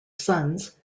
sons